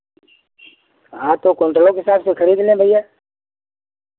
हाँ तो क्विंटलों के हिसाब से खरीद लें भैया